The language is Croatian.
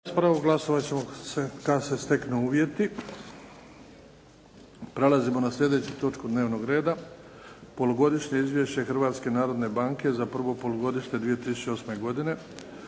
**Bebić, Luka (HDZ)** Prelazimo na slijedeću točku dnevnu reda. 3. Polugodišnje izvješće Hrvatske narodne banke za prvo polugodište 2008. godine,